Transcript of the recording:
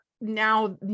now